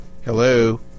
Hello